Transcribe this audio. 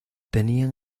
tenían